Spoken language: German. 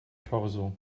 torso